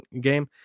game